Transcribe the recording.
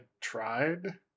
tried